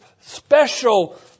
special